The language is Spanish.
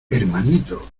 hermanito